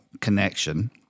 connection